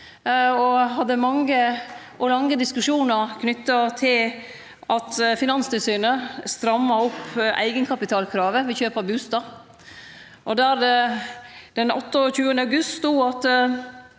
og hadde mange og lange diskusjonar knytt til at Finanstilsynet stramma inn eigenkapitalkravet ved kjøp av bustad. Den 28. august stod det